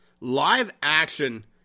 live-action